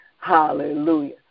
Hallelujah